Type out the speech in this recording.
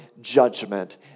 judgment